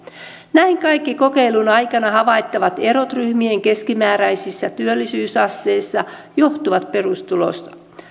näin kaikki kokeilun aikana havaittavat erot ryhmien keskimääräisissä työllisyysasteissa johtuvat perustulosta